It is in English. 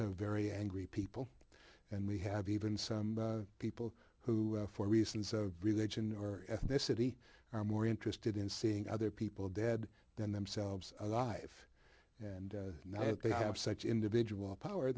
of very angry people and we have even some people who for reasons of religion or ethnicity are more interested in seeing other people dead than themselves alive and now that they have such individual power